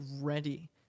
ready